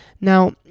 Now